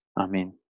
Amen